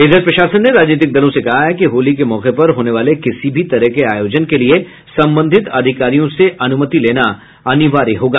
उधर प्रशासन ने राजनीतिक दलों से कहा है कि होली के मौके पर होने वाले किसी भी तरह के आयोजन के लिए संबंधित अधिकारियों से अनुमति लेना अनिवार्य होगा